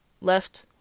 Left